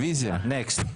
נקסט.